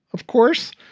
of course,